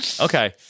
Okay